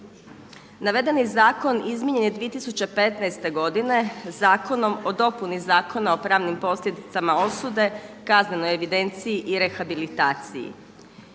Navedeni zakon izmijenjen je 2015. zakonom o dopuni Zakona o pravnim posljedicama osude, kaznenoj evidenciji i rehabilitaciji.